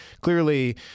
clearly